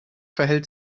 verhält